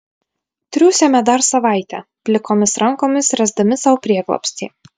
triūsėme dar savaitę plikomis rankomis ręsdami sau prieglobstį